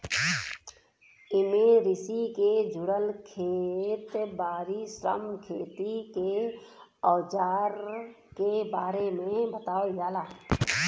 एमे कृषि के जुड़ल खेत बारी, श्रम, खेती के अवजार के बारे में बतावल जाला